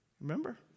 Remember